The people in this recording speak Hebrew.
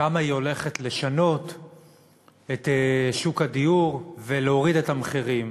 כמה היא הולכת לשנות את שוק הדיור ולהוריד את המחירים.